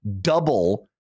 double